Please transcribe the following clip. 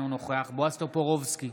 אינו נוכח בועז טופורובסקי,